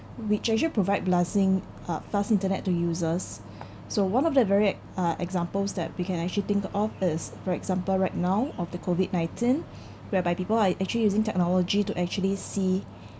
which actually provide blazing uh fast internet to users so one of the very uh examples that we can actually think of is for example right now of the COVID nineteen whereby people are actually using technology to actually see